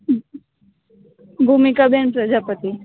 હંમ ભૂમિકાબેન પ્રજાપતિ